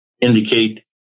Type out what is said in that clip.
indicate